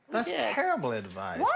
that's yeah terrible advice.